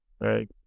Right